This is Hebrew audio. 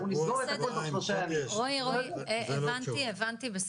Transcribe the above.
אנחנו נסגור את הכול --- רועי הבנתי בסדר,